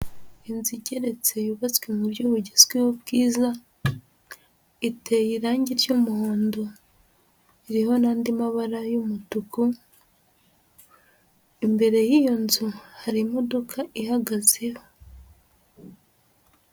Inzu igeretse yubatswe mu buryo bugezweho ubwiza, iteye irange ry'umuhondo, iriho n'andi mabara y'umutuku, imbere y'iyo nzu hari imodoka ihagazeho.